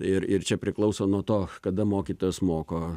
ir ir čia priklauso nuo to kada mokytojas moko